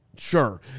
Sure